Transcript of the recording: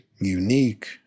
unique